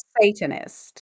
Satanist